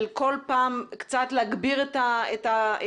כאשר כל פעם מגבירים קצת את ההגבלות,